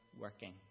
working